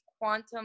quantum